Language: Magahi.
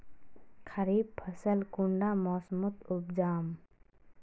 खरीफ फसल कुंडा मोसमोत उपजाम?